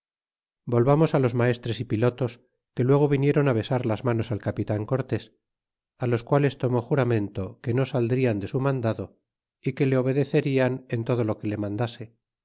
volvamos los maestres y pilotos que luego vinieron á besar las manos al capitan cortés los cuales tonij urarnento que no saldrian de su mandado é que le obedecerian en todo lo que le mandase